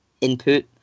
input